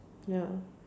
ya